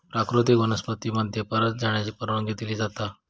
प्राकृतिक वनस्पती मध्ये परत जाण्याची परवानगी दिली जाता